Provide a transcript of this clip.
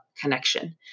connection